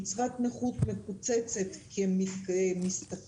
קצבת הנכות מקוצצת כי הם משתכרים,